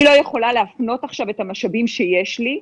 אני לא יכולה להפנות עכשיו את המשאבים שיש לי,